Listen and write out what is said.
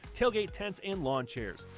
tailgate tents, and lawn chairs.